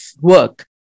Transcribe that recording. work